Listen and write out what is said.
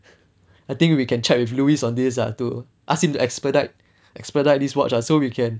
I think we can check with louis on this ah to ask him to expedite expedite this watch lah so we can